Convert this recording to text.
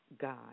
God